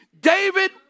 David